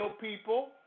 people